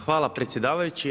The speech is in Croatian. Hvala predsjedavajući.